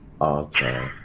okay